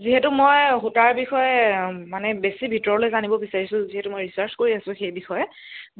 যিহেতু মই সূতাৰ বিষয়ে মানে বেছি ভিতৰলৈ জানিব বিচাৰিছোঁ যিহেতু মই ৰিচাৰ্ছ কৰি আছো সেই বিষয়ে